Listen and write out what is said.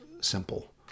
simple